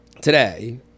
today